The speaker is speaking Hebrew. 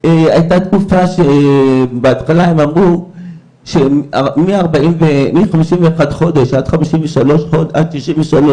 הייתה תקופה בהתחלה שהם אמרו שהחל מ-51 חודשים עד 63 חודשים,